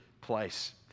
place